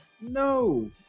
No